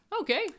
Okay